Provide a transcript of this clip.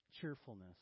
cheerfulness